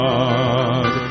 God